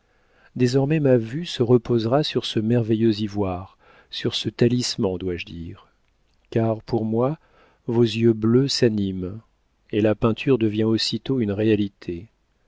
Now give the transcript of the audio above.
désormais ma vue se reposera sur ce merveilleux ivoire sur ce talisman dois-je dire car pour moi vos yeux bleus s'animent et la peinture devient aussitôt une réalité